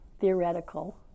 theoretical